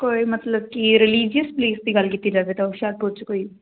ਕੋਈ ਮਤਲਬ ਕਿ ਰਿਲੀਜੀਅਸ ਪਲੇਸ ਦੀ ਗੱਲ ਕੀਤੀ ਜਾਵੇ ਤਾਂ ਹੁਸ਼ਿਆਰਪੁਰ 'ਚ ਕੋਈ